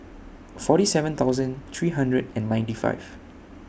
forty seven thousand three hundred and ninety five